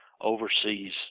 overseas